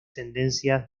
tendencias